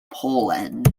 poland